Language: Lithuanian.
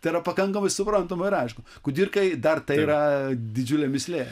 tai yra pakankamai suprantama ir aišku kudirkai dar tai yra didžiulė mįslė